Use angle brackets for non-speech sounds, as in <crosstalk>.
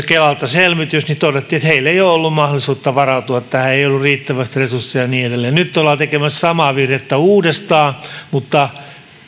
<unintelligible> kelalta selvitys todettiin että heillä ei ole ollut mahdollisuutta varautua tähän ei ole ollut riittävästi resursseja ja niin edelleen nyt ollaan tekemässä samaa virhettä uudestaan mutta